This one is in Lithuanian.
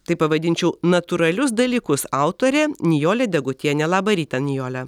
tai pavadinčiau natūralius dalykus autorė nijolė degutienė labą rytą nijole